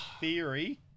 theory